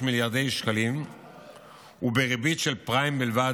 מיליארד שקלים ובריבית של פריים בלבד,